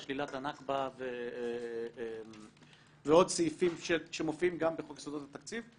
שלילת הנכבה ועוד סעיפים שמופיעים גם בחוק יסודות התקציב,